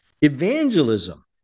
Evangelism